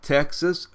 Texas